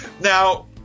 Now